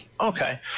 Okay